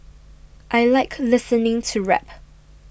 I like listening to rap